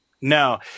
No